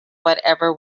whatever